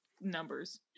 numbers